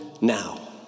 now